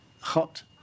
Hot